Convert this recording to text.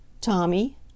Tommy